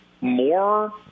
more